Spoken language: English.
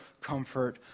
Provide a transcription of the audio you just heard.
comfort